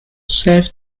serve